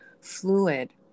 fluid